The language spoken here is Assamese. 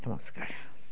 নমস্কাৰ